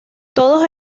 todos